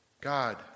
God